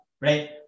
right